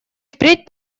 впредь